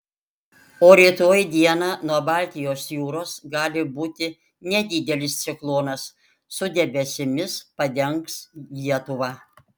o rytoj dieną nuo baltijos jūros gali būti nedidelis ciklonas su debesimis padengs lietuvą